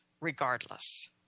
regardless